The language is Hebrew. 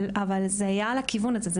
אבל זה היה לכיוון הזה.